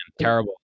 Terrible